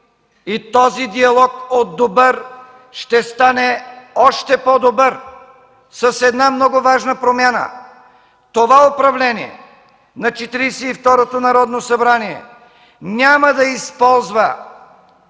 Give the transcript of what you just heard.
И този диалог от добър ще стане още по-добър с една много важна промяна – това управление на Четиридесет и второто Народно събрание няма да използва